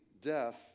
death